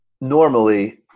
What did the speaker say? normally